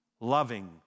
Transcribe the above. loving